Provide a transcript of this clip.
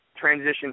transition